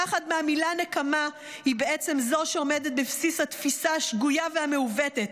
הפחד מהמילה נקמה הוא בעצם זה שעומד בבסיס התפיסה השגויה והמעוותת.